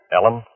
Ellen